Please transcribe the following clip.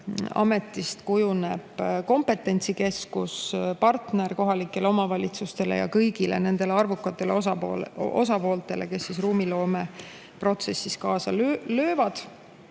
Ruumiametist kujuneb kompetentsikeskus, partner kohalikele omavalitsustele ja kõigile arvukatele osapooltele, kes ruumiloome protsessis kaasa löövad.